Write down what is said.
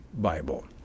Bible